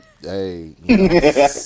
Hey